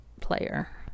player